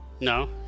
No